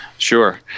Sure